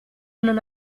non